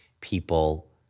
people